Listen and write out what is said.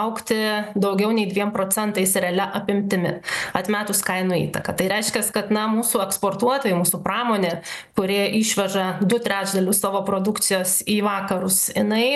augti daugiau nei dviem procentais realia apimtimi atmetus kainų įtaką tai reiškias kad na mūsų eksportuotojai mūsų pramonė kurie išveža du trečdalius savo produkcijos į vakarus jinai